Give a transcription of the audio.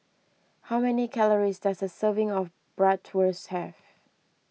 how many calories does a serving of Bratwurst have